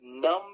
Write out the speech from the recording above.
Number